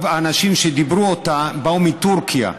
האנשים שדיברו אותו באו מטורקיה,